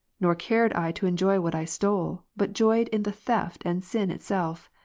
nor cared i to enjoy what i stole, but joyed in the theft and sin itself.